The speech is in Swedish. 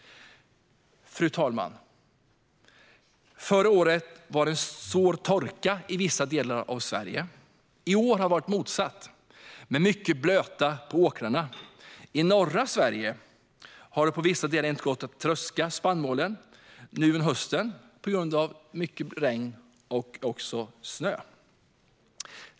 Fru talman! Förra året var det svår torka i vissa delar av Sverige. I år har vi haft det motsatta med mycket blöta på åkrarna. I norra Sverige har det på en del ställen inte gått att tröska spannmålen under hösten på grund av mycket regn och snö.